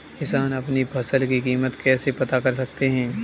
किसान अपनी फसल की कीमत कैसे पता कर सकते हैं?